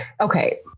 okay